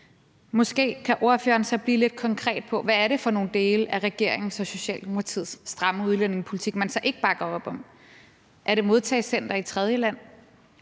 Måske kan ordføreren så blive lidt konkret på, hvad det er for nogle dele af regeringens og Socialdemokratiets stramme udlændingepolitik, man så ikke bakker op om. Er det et modtagecenter i et tredjeland?